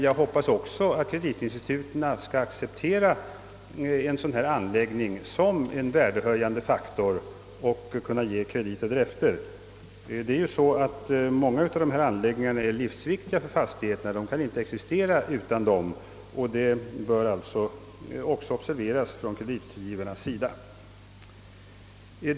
Jag hoppas att kreditinstituten ocksa skall acceptera en sådan anläggning sasom en värdehöjande faktor och kommer att kunna bevilja krediter i enlighet därmed. Många av dessa anläggningar är livsviktiga för fastigheterna, vilket bör observeras från kreditgivarnas sida.